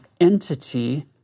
entity